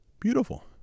beautiful